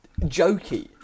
jokey